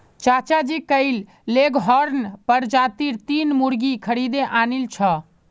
चाचाजी कइल लेगहॉर्न प्रजातीर तीन मुर्गि खरीदे आनिल छ